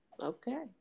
okay